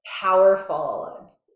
powerful